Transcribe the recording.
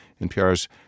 NPR's